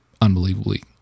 unbelievably